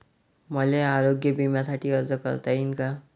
मले आरोग्य बिम्यासाठी अर्ज करता येईन का?